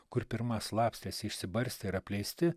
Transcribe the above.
kur pirma slapstėsi išsibarstę ir apleisti